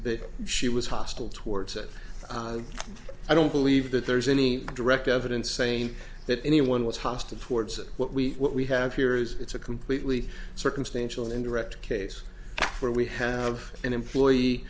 that she was hostile towards it i don't believe that there's any direct evidence saying that anyone was hostile towards what we what we have here is it's a completely circumstantial and direct case where we have an employee